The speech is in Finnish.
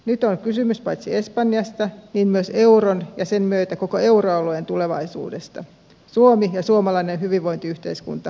nyt on kysymys paitsi espanjasta myös euron ja sen myötä koko euroalueen tulevaisuudesta suomi ja suomalainen hyvinvointiyhteiskunta mukaan luettuna